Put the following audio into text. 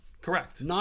Correct